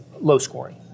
low-scoring